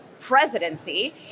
presidency